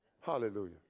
Hallelujah